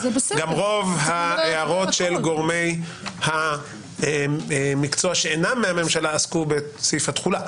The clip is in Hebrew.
גם רוב ההערות של גורמי המקצוע שאינם מהממשלה עסקו בסעיף התחולה,